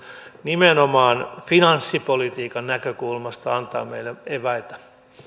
nimenomaan finanssipolitiikan näkökulmasta antaa meille eväitä